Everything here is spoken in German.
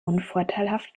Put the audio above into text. unvorteilhaft